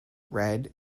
red